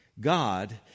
God